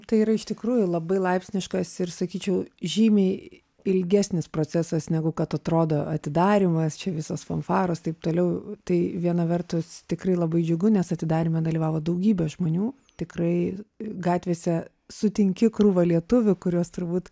tai yra iš tikrųjų labai laipsniškas ir sakyčiau žymiai ilgesnis procesas negu kad atrodo atidarymas čia visos fanfaros taip toliau tai viena vertus tikrai labai džiugu nes atidaryme dalyvavo daugybė žmonių tikrai gatvėse sutinki krūvą lietuvių kuriuos turbūt